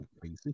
crazy